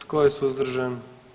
Tko je suzdržan?